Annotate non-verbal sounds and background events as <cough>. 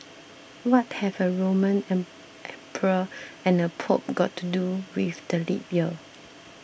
what have a Roman <unintelligible> emperor and a Pope got to do with the leap year